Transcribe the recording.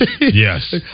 yes